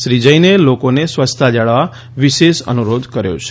શ્રી જૈને લોકોને સ્વચ્છતા જાળવવા વિશેષ અનુરોધ કર્યો છે